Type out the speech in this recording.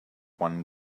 one